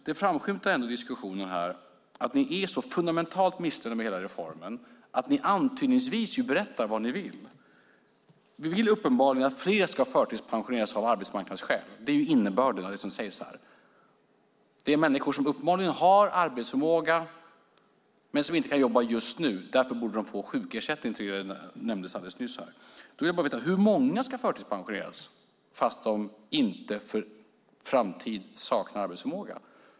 Det framskymtar ändå i diskussionen här att ni är så fundamentalt missnöjda med hela reformen att ni antydningsvis berättar vad ni vill. Ni vill uppenbarligen att fler ska förtidspensioneras av arbetsmarknadsskäl. Det är ju innebörden av det som sägs här. Människor som uppenbarligen har arbetsförmåga men som inte kan jobba just nu borde få sjukersättning, tyckte jag nämndes alldeles nyss här. Då vill jag bara veta: Hur många ska förtidspensioneras fast de inte för all framtid saknar arbetsförmåga?